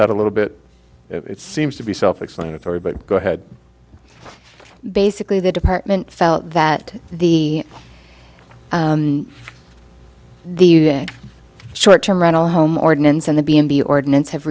that a little bit it seems to be self explanatory but go ahead basically the department felt that the the us short term rental home ordinance and the b and b ordinance have